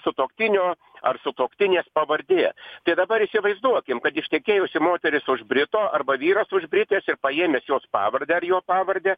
sutuoktinio ar sutuoktinės pavardė tai dabar įsivaizduokim kad ištekėjusi moteris už brito arba vyras už britės ir paėmęs jos pavardę ar jo pavardę